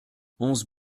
onze